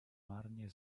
marnie